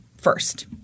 first